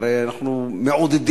הרי אנחנו מעודדים,